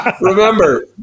Remember